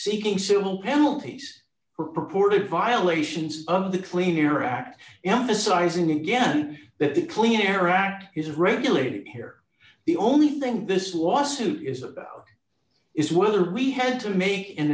seeking civil penalties for purported violations of the clean air act emphasizing again that the clean air act is regulated here the only thing this lawsuit is that is whether we had to m